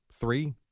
three